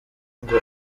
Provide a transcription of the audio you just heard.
ngo